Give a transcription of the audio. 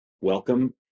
Welcome